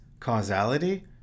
Causality